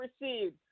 received